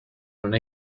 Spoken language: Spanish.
una